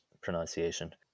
pronunciation